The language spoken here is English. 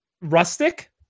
Rustic